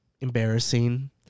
embarrassing